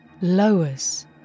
lowers